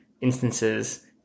instances